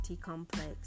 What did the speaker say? complex